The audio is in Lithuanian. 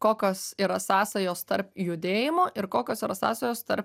kokios yra sąsajos tarp judėjimo ir kokios yra sąsajos tarp